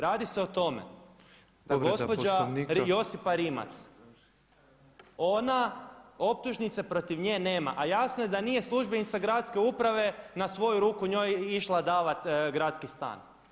Radi se o tome da gospođa Josipa Rimac ona, optužnice protiv nje nema, a jasno je da nije službenica gradske uprave na svoju ruku njoj išla davati gradski stan.